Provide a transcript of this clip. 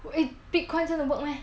喂 bitcoin 真的 work meh